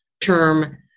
term